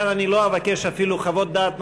כאן אני לא אבקש אפילו חוות דעת נוספות,